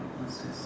what's the